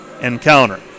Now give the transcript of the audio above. encounter